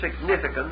significance